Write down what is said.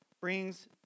brings